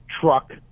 truck